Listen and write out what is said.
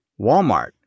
Walmart